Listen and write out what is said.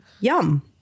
Yum